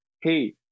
Hey